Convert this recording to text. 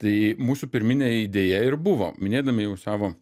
tai mūsų pirminė idėja ir buvo minėdami jau savo